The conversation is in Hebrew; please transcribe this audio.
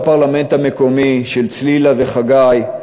בפרלמנט המקומי של צלילה וחגי,